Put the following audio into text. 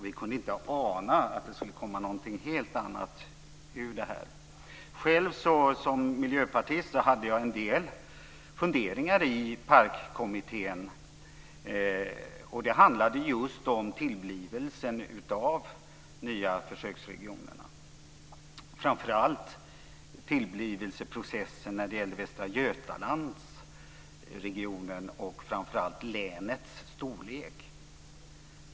Vi kunde inte ana att något helt annat skulle komma ur detta. Som miljöpartist hade jag en del funderingar i PARK. Det handlade då just om tillblivelsen av de nya försöksregionerna. Det gällde framför allt tillblivelseprocessen i fråga om Västra Götalandsregionen och länets storlek.